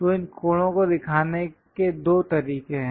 तो इन कोणों को दिखाने के दो तरीके हैं